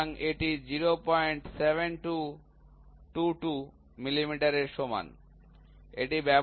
সুতরাং এটি ০৭২২২ মিলিমিটার এর সমান